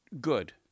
Good